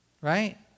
Right